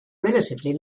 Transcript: relatively